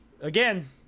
again